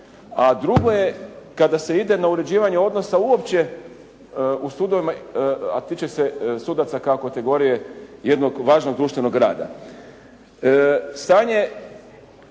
a drugo je kada se ide na uređivanje odnosa uopće u sudovima, a tiče se sudaca kao kategorije jednog važnog društvenog rada.